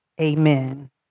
Amen